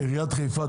עיריית חיפה,